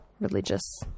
religious